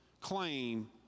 claim